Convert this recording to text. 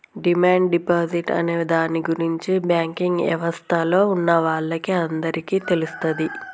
demand deposit అనే దాని గురించి బ్యాంకింగ్ యవస్థలో ఉన్నవాళ్ళకి అందరికీ తెలుస్తది